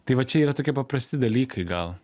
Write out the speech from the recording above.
tai va čia yra tokie paprasti dalykai gal